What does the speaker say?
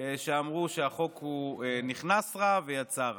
שאמרו שהחוק נכנס רע ויצא רע.